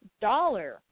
dollar